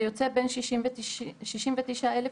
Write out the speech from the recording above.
זה יוצא בין 97-69 אלף,